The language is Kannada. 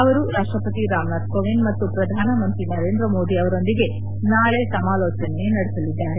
ಅವರು ರಾಷ್ಪಪತಿ ರಾಮನಾಥ್ ಕೋವಿಂದ್ ಮತ್ತು ಪ್ರಧಾನಮಂತ್ರಿ ನರೇಂದ್ರ ಮೋದಿ ಅವರೊಂದಿಗೆ ನಾಳೆ ಸಮಾಲೋಚನೆ ನಡೆಸಲಿದ್ದಾರೆ